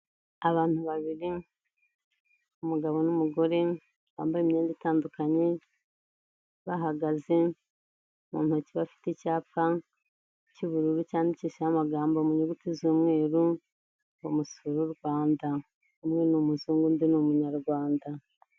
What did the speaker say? Abantu babiri umugabo n'umugore, bambaye imyenda itandukanye, bahagaze mu ntoki bafite icyapa, cy'ubururu cyandikishijeho amagambo mu nyuguti z'umweru, ngo musure u Rwanda, umwe ni umuzungu undi ni umunyarwanda.